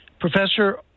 professor